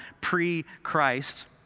pre-Christ